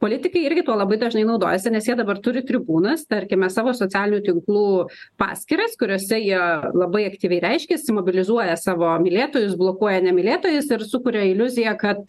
politikai irgi tuo labai dažnai naudojasi nes jie dabar turi tribūnas tarkime savo socialinių tinklų paskyras kuriose jie labai aktyviai reiškiasi mobilizuoja savo mylėtojus blokuoja nemylėtojus ir sukuria iliuziją kad